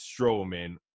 Strowman